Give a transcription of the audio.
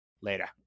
Later